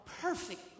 perfect